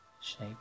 shape